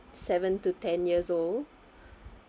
seven to ten years old